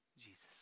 Jesus